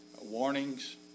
warnings